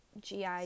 GI